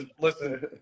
Listen